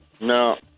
No